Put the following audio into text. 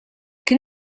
kien